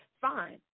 fine